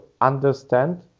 understand